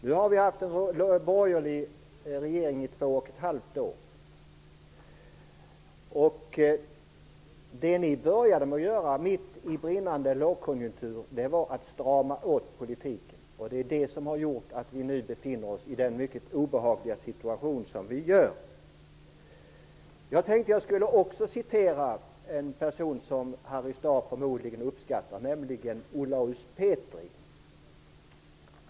Nu har vi haft en borgerlig regering i två och ett halvt år. Det man började med att göra, mitt i brinnande lågkonjunktur, var att strama åt politiken. Det är det som har gjort att vi nu befinner oss i en mycket obehaglig situation. Jag vill också citera en person, som Harry Staaf förmodligen uppskattar, nämligen Olaus Petri.